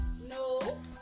no